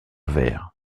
verre